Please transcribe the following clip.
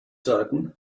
sudden